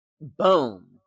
Boom